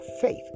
faith